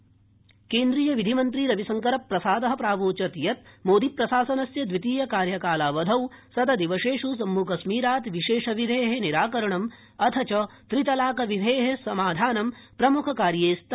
प्रशासनं शतं दिनानि केन्द्रीय विधिमन्त्री रविशंकर प्रसाद प्रावोचत् यत् मोदि प्रशासनस्य द्वितीय कार्यकाला वधौ शतदिवसेष् जम्मूकश्मीरात् विशेषविधे निराकरणम् अथ च त्रितलाकविधे समासाधनम् प्रम्खकार्ये स्त